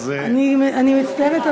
אני מצטערת,